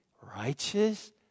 righteous